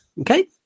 okay